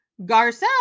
Garcelle